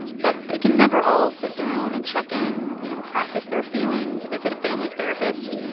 but they didn't ever all sit down and check in, you know, process their feelings, visit a family therapist.